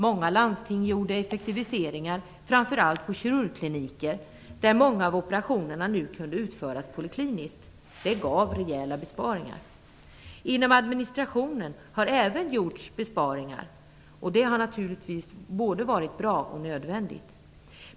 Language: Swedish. Många landsting gjorde effektiviseringar, framför allt på kirurgkliniker, där många av operationerna nu kunde utföras polikliniskt. Det gav rejäla besparingar. Även inom administrationen har det gjorts besparinger, och det har naturligtvis varit både bra och nödvändigt.